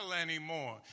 anymore